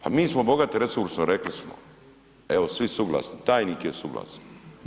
Pa mi smo bogati resursom rekli smo, evo svi suglasni, tajnik je suglasan.